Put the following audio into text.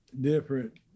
different